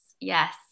Yes